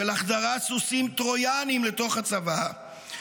של החדרת סוסים טרויאניים לתוך הצבא,